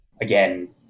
again